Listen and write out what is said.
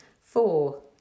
Four